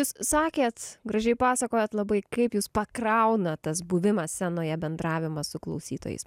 jis sakėt gražiai pasakojot labai kaip jus pakrauna tas buvimas scenoje bendravimas su klausytojais